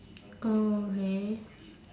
oh okay